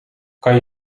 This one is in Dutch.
kan